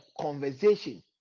conversation